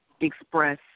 express